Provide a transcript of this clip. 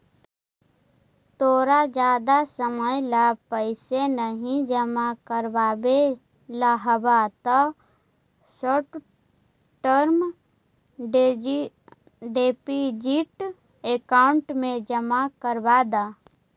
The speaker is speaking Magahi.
तोरा जादा समय ला पैसे नहीं जमा करवावे ला हव त शॉर्ट टर्म डिपॉजिट अकाउंट में जमा करवा द